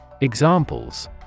Examples